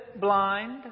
blind